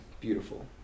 beautiful